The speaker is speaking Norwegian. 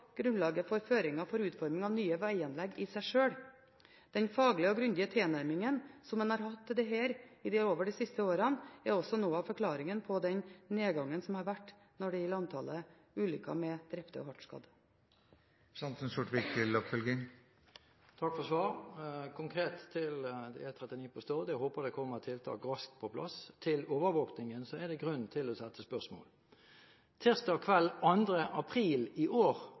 for føringer for utforming av nye veganlegg i seg sjøl. Den faglige og grundige tilnærmingen som en har hatt til dette i løpet av de siste årene, er noe av forklaringen på den nedgangen som har vært når det gjelder antallet ulykker med drepte og hardt skadde. Takk for svaret. Konkret til E39 på Stord: Jeg håper tiltak kommer raskt på plass. Overvåkingen er det grunn til å stille spørsmål ved. Tirsdag kveld den 2. april i år